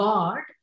God